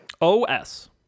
OS